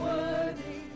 Worthy